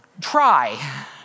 Try